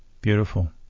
beautiful